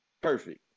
perfect